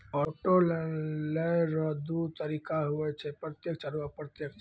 auto loan लेय रो दू तरीका हुवै छै प्रत्यक्ष आरू अप्रत्यक्ष